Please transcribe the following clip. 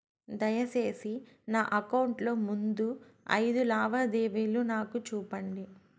దయసేసి నా అకౌంట్ లో ముందు అయిదు లావాదేవీలు నాకు చూపండి